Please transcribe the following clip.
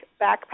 backpack